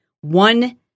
one